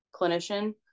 clinician